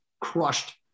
crushed